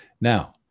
Now